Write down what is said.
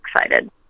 excited